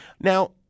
Now